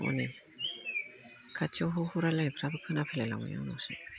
हनै खाथियाव हौ हौ रायज्लायनायफ्रा खोनाफैलायलांबाय आंनावसो